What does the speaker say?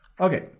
Okay